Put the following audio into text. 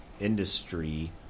industry